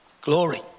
Glory